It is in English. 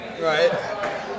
Right